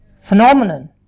phenomenon